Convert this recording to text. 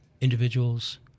individuals